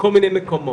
ובכל מיני מקומות.